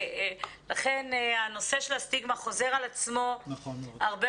לכן הנושא של הסטיגמה חוזר על עצמו הרבה